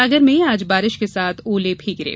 सागर में आज बारिश के साथ ओले गिरे